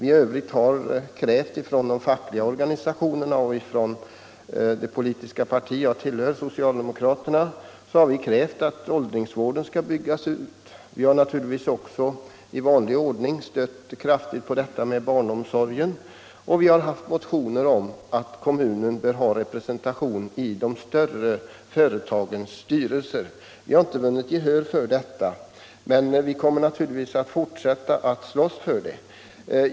I övrigt har vi från de fackliga organisationerna och från det politiska parti jag tillhör — socialdemokraterna — krävt att åldringsvården skall byggas ut. Vi har naturligtvis också i vanlig ordning stött kraftigt på om barnomsorgen, och vi har motionerat om att kommunen bör ha representation i de större företagens styrelser. Vi har inte vunnit gehör för detta, men vi kommer naturligtvis att fortsätta att slåss för det.